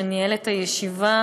שניהל את הישיבה,